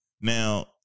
now